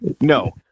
No